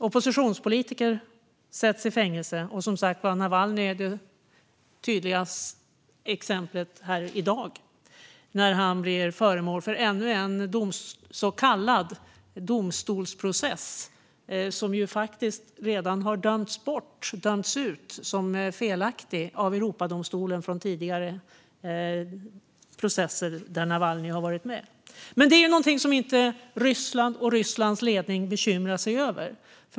Oppositionspolitiker sätts i fängelse. Det tydligaste exemplet i dag är Navalnyj, som nu blir föremål för ännu en så kallad domstolsprocess. Europadomstolen har redan dömt ut den efter tidigare processer mot Navalnyj, men det är inte något som Rysslands ledning bekymrar sig över.